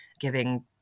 giving